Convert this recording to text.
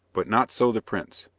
but not so the prince.